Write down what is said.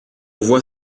voit